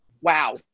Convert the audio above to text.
wow